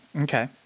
Okay